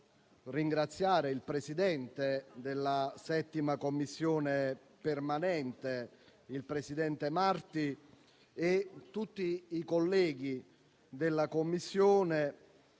ringraziare il presidente della 7a Commissione permanente, senatore Marti, e tutti i colleghi della Commissione